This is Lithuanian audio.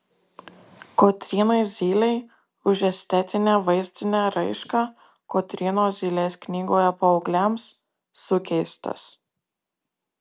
kotrynai zylei už estetinę vaizdinę raišką kotrynos zylės knygoje paaugliams sukeistas